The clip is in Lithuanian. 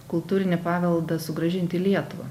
kultūrinį paveldą sugrąžinti į lietuvą